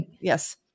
Yes